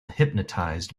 hypnotized